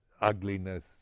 Ugliness